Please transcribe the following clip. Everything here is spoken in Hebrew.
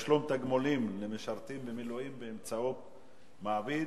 (תשלום תגמולים למשרתים במילואים באמצעות מעביד),